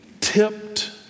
tipped